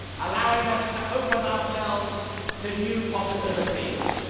allowing us to open ourselves to new possibilities.